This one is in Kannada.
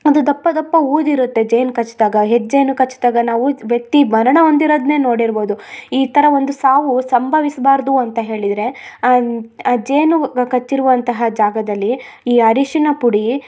ಅದು ದಪ್ಪ ದಪ್ಪ ಊದಿರುತ್ತೆ ಜೇನು ಕಚ್ದಾಗ ಹೆಜ್ಜೇನು ಕಚ್ದಾಗ ನಾವು ವ್ಯಕ್ತಿ ಮರಣ ಹೊಂದಿರದ್ನೆ ನೋಡಿರ್ಬೋದು ಈ ಥರ ಒಂದು ಸಾವು ಸಂಭವಿಸ್ಬಾರದು ಅಂತ ಹೇಳಿದರೆ ಜೇನು ಕಚ್ಚಿರುವಂತಹ ಜಾಗದಲಿ ಈ ಅರಿಶಿನ ಪುಡಿ